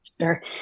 Sure